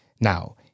now